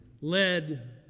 led